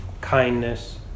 kindness